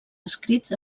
escrits